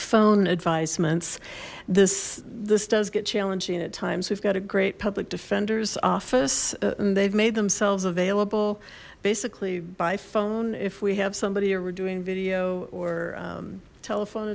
phone advisements this this does get challenging at times we've got a great public defender's office and they've made themselves available basically by phone if we have somebody or we're doing video or telephone